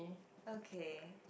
okay